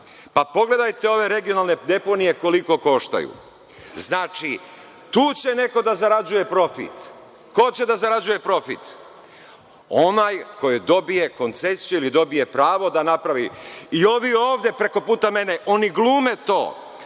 Pogledajte ove regionalne deponije koliko koštaju. Znači, tu će neko da zarađuje profit. Ko će da zarađuje profit? Onaj ko dobije koncesiju ili dobije pravo da napravi. Ovi ovde preko puta mene, oni glume to,